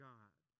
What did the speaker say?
God